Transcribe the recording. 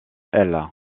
aile